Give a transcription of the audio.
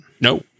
No